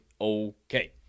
Okay